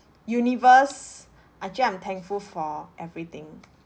universe actually I'm thankful for everything